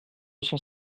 cent